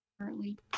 currently